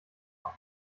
noch